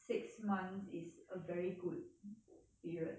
six months is a very good period